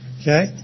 Okay